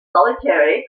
solitary